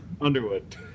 Underwood